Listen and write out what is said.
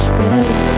ready